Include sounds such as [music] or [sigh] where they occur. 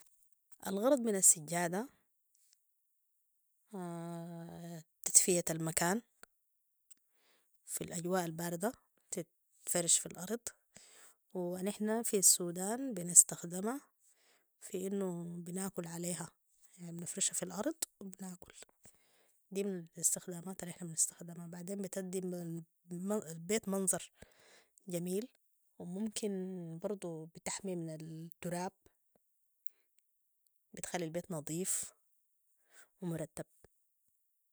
الغرض من السجادة [hesitation] تدفية المكان في الأجواء الباردة تتفرش في الأرض ونحن في السودان بنستخدمها في أنو بنأكل عليها بنفرشها في الأرض وبنأكل دي من الاستخدامات النحن بنستخدما بعدين بتدي [hesitation] البيت منظر جميل وممكن برضو بتحمي من التراب بتخلي البيت نظيف ومرتب